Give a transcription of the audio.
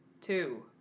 Two